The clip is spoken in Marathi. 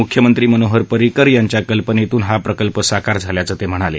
मुख्यमंत्री मनोहर पर्रीकर यांच्या कल्पनेतून हा प्रकल्प साकार झाल्याचं ते म्हणाले